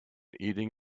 eating